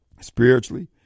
spiritually